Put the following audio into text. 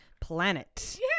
planet